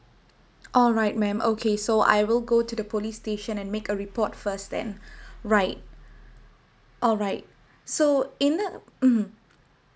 alright ma'am okay so I will go to the police station and make a report first then right alright so in the mmhmm